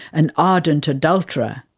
an ardent adulterer.